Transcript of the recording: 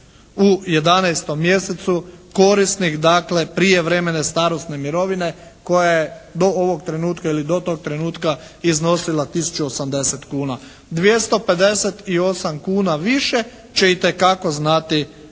u 11. mjesecu korisnik dakle prijevremene starosne mirovine koja je do ovog trenutka ili do tog trenutka iznosila tisuću 80 kuna. 258 kuna više će itekako znati